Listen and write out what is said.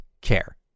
care